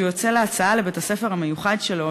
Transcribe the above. כשהוא יוצא להסעה לבית-הספר המיוחד שלו,